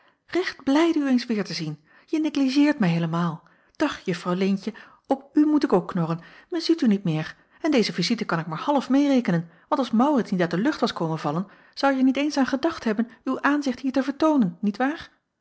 recht blijde u eens weêr te zien je negligeert mij heelemaal dag juffrouw leentje op u moet ik ook knorren men ziet u niet meer en deze visite kan ik maar half meêrekenen want als maurits niet uit de lucht was komen vallen zouje er niet eens aan gedacht hebben uw aanzicht hier te vertoonen niet waar